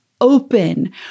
open